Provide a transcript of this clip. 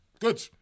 Good